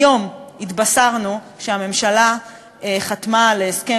היום התבשרנו שהממשלה חתמה על הסכם